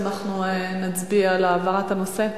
אנחנו נצביע על העברת הנושא,